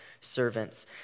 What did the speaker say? servants